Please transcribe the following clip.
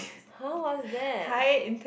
!huh! what's that